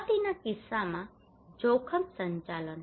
આપત્તિના કિસ્સામાં જોખમ સંચાલન